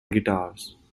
guitars